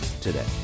today